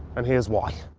and here's why.